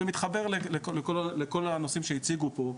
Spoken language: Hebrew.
זה מתחבר לכל הנושאים שהציגו פה,